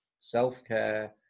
self-care